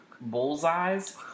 bullseyes